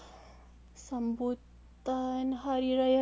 sambutan hari raya cina